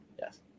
yes